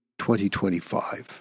2025